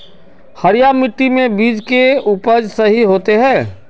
हरिया मिट्टी में बीज के उपज सही होते है?